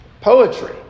poetry